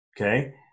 okay